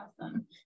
awesome